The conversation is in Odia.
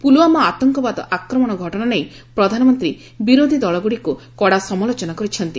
ପୁଲୱାମା ଆତଙ୍କବାଦ ଆକ୍ରମଣ ଘଟଣା ନେଇ ପ୍ରଧାନମନ୍ତ୍ରୀ ବିରୋଧୀଦଳଗୁଡ଼ିକୁ କଡ଼ା ସମାଲୋଚନା କରିଛନ୍ତି